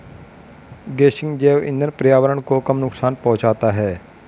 गेसिंग जैव इंधन पर्यावरण को कम नुकसान पहुंचाता है